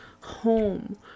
home